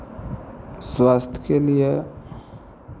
स्वास्थ्यके लिए